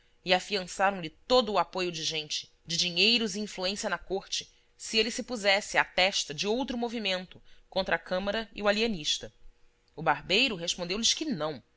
e afiançaram lhe todo o apoio de gente de dinheiro e influência na corte se ele se pusesse à testa de outro movimento contra a câmara e o alienista o barbeiro respondeulhes que não